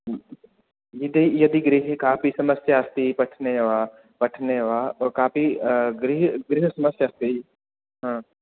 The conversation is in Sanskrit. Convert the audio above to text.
यदि यदि गृहे कापि समस्या अस्ति पठने वा पठने वा कापि गृह् गृहसमस्या अस्ति